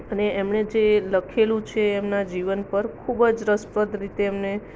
અને એમણે જે લખેલું છે એમનાં જીવન પર ખૂબ જ રસપ્રદ રીતે એમણે